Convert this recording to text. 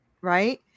Right